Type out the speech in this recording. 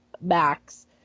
Max